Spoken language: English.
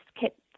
kept